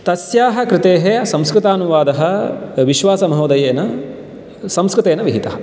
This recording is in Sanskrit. तस्याः कृते संस्कृतानुवादः विश्वासमहोदयेन संस्कृतेन विहितः